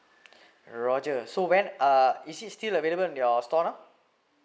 roger so when uh is it still available in your store now